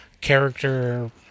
character